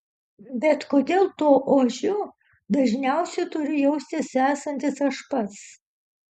bet kodėl tuo ožiu dažniausiai turiu jaustis esantis aš pats